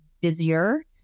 busier